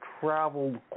traveled